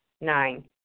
Nine